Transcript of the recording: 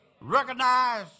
recognize